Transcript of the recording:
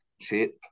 shape